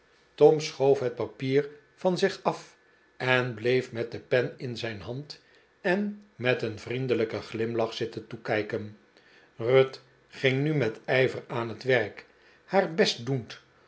tom schoof het papier van zich af en bleef met de pen in zijn hand en met een vriendelijken glimlach zitten toekijken ruth ging nu met ijver aan het werk haar best doend